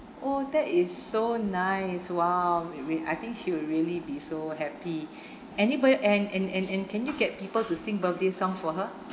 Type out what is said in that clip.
oh that is so nice !wow! I think he will really be so happy anybo~ and and and and can you get people to sing birthday song for her